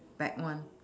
back one